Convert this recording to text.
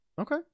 Okay